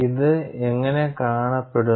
ഇത് എങ്ങനെ കാണപ്പെടുന്നു